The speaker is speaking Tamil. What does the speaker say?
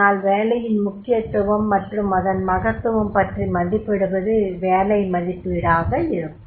ஆனால் வேலையின் முக்கியத்துவம் மற்றும் அதன் மகத்துவம் பற்றி மதிப்பிடுவது வேலை மதிப்பீடாக இருக்கும்